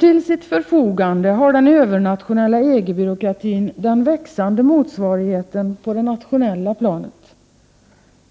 Till sitt förfogande har den övernationella EG-byråkratin den växande motsvarigheten på det nationella planet.